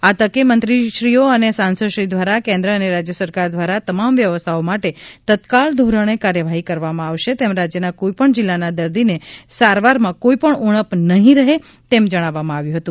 આ તકે મંત્રીશ્રીઓ અને સાંસદશ્રી દ્વારા કેન્દ્ર અને રાજ્ય સરકાર દ્વારા તમામ વ્યવસ્થાઓ માટે તત્કાલ ધોરણે કાર્યવાહી કરવામાં આવશે તેમજ રાજ્યના કોઇપણ જિલ્લાના દર્દીને સારવારમાં કોઇ પણ ઉણપ નહીં રહે તેમ જણાવવામાં આવ્યું હતું